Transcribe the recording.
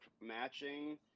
matching